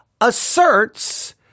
asserts